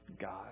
god